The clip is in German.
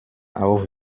auch